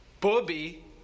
Bobby